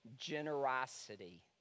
Generosity